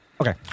Okay